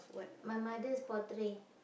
my mother's portrait